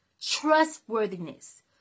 trustworthiness